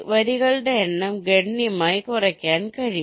വരികളുടെ എണ്ണം ഗണ്യമായി കുറയ്ക്കാൻ കഴിയും